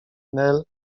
nel